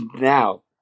now